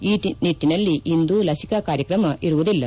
ಈ ನಿಟ್ಟಿನಲ್ಲಿ ಇಂದು ಲಸಿಕಾ ಕಾರ್ಯಕ್ರಮ ಇರುವುದಿಲ್ಲ